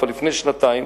כבר לפני שנתיים,